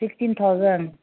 sixteen thousand